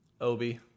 Obi